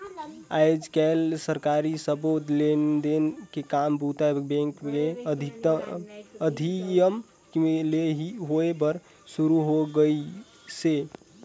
आयज कायल सरकारी सबो लेन देन के काम बूता बेंक के माधियम ले ही होय बर सुरू हो गइसे